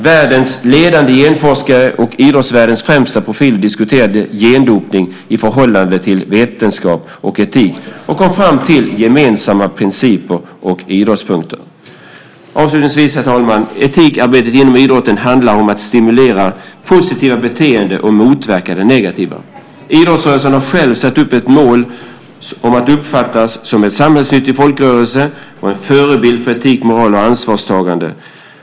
Världens ledande genforskare och idrottsvärldens främsta profiler diskuterade gendopning i förhållande till vetenskap och etik och kom fram till gemensamma principer och ståndpunkter. Avslutningsvis, herr talman, handlar etikarbetet inom idrotten om att stimulera positiva beteenden och motverka negativa. Idrottsrörelsen har själv satt upp ett mål om att uppfattas som en samhällsnyttig folkrörelse och en förebild för etik, moral och ansvarstagande.